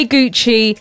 Gucci